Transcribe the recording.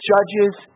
Judges